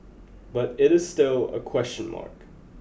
but it is still a question mark